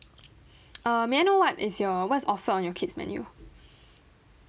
err may I know what is your what's offered on your kid's menu